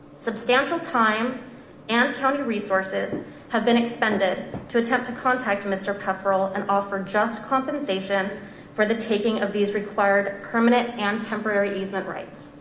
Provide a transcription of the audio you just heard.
substantial time and county resources have been expended to attempt to contact mr. pefferle and offer just compensation for the taking of these required permanent and temporary easement rights.